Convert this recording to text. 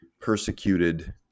persecuted